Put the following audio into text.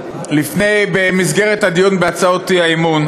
במסגרת הדיון בהצעות האי-אמון